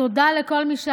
תודה לכל מי שעזר,